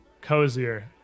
cozier